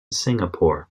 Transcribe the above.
singapore